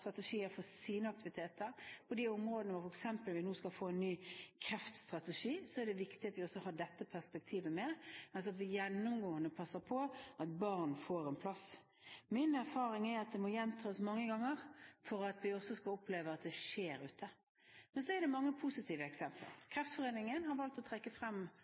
strategier for sine aktiviteter på de områdene hvor vi f.eks. nå skal få en ny kreftstrategi, er det viktig at vi også har dette perspektivet med – altså at vi gjennomgående passer på at barn får en plass. Min erfaring er at det må gjentas mange ganger for at vi skal oppleve at det skjer ute. Men så er det mange positive eksempler. Kreftforeningen har overfor meg valgt å trekke frem